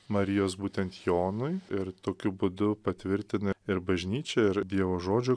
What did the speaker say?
marijos būtent jonui ir tokiu būdu patvirtina ir bažnyčia dievo žodžio